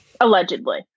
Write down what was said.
Allegedly